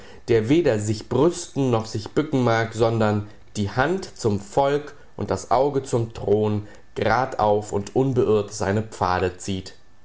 der weder sich brüsten noch sich bücken mag sondern die hand zum volk und das auge zum thron gradauf und unbeirrt seine pfade zieht